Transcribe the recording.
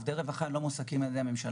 עובדי רווחה לא מועסקים על ידי הממשלה.